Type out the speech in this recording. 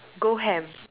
go ham